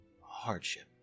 hardship